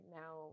now